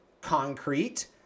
concrete